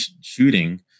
shooting